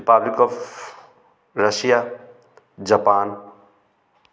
republic of Russia Japan